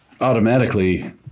automatically